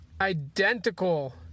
identical